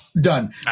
Done